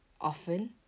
often